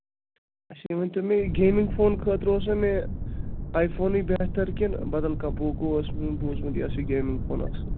اَچھا یہِ ؤنۍتو مےٚ گیمِنٛگ فون خٲطرٕ اوسَہ مےٚ آی فونٕے بہتر کِنہٕ بدل کانہہ پوکو اوس مےٚ بوٗزمُت یہِ حظ چھِ گیمِنٛگ فون اَصٕل